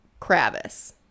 Kravis